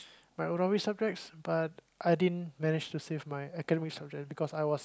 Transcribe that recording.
my Arabic subjects but I didn't manage to save my academic subject because I was